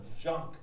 junk